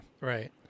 Right